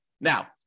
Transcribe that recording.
Now